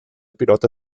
pilota